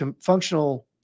functional